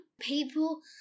People